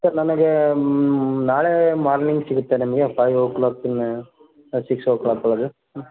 sir ನನಗೇ ನಾಳೇ morning ಸಿಗುತ್ತ ನಮಗೆ ಫೈವ್ ಕ್ಲಾಕಿನ್ನ ಸಿಕ್ಸ್ ಓ ಕ್ಲಾಕ್ ಒಳ್ಗೆ ಹ್ಞೂ